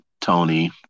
tony